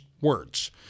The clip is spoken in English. words